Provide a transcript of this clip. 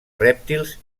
rèptils